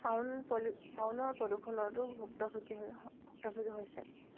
চাউন পলি চাউনৰ প্ৰদূষণতো ভুক্তভোগী হৈ ভুক্তভোগী হৈছে